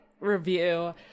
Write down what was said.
review